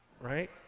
right